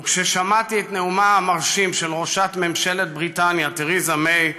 וכששמעתי את נאומה המרשים של ראשת ממשלת בריטניה תרזה מיי,